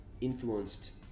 influenced